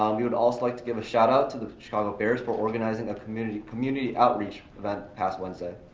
um we would also like to give a shout out to the chicago bears for organizing a community community outreach for that past wednesday.